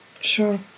Sure